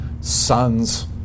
sons